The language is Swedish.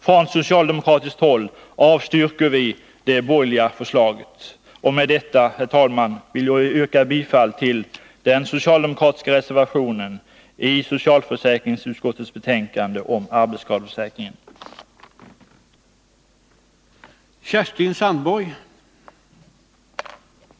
Från socialdemokratiskt håll avstyrker vi det borgerliga förslaget. Och Nr 25 med detta, herr talman, vill jag yrka bifall till den socialdemokratiska Torsdagen den reservationen vid socialförsäkringsutskottets betänkande om arbetsskade 12 november 1981 försäkring.